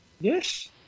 Yes